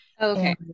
okay